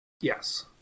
yes